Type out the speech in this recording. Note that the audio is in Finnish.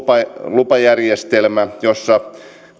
lupajärjestelmä jossa